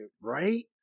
Right